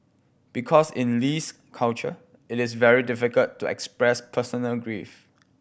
because in Lee's culture it is very difficult to express personal grief